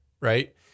Right